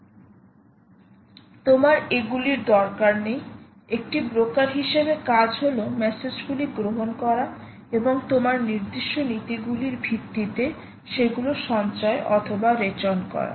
তোমার এগুলির দরকার নেই একটি ব্রোকার হিসেবে কাজ হল মেসেজগুলি গ্রহণ করা এবং তোমার নির্দিষ্ট নীতিগুলির ভিত্তিতে সেগুলো সঞ্চয় অথবা রেচন করা